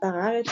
באתר הארץ,